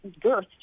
girth